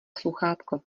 sluchátko